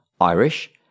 Irish